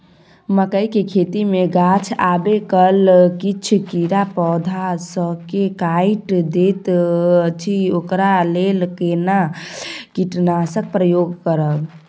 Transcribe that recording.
मकई के खेती मे गाछ आबै काल किछ कीरा पौधा स के काइट दैत अछि ओकरा लेल केना कीटनासक प्रयोग करब?